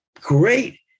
great